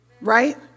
Right